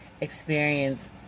experience